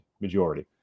majority